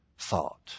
thought